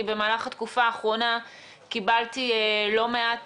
כי במהלך התקופה האחרונה קיבלתי לא מעט